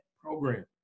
program